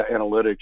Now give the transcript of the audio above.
analytics